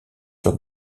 sur